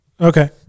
Okay